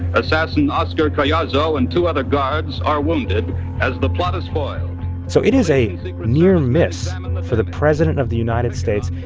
assassin oscar collazo and two other guards are wounded as the plot is foiled so it is a near miss for the president of the united states,